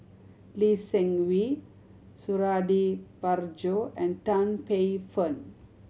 Lee Seng Wee Suradi Parjo and Tan Paey Fern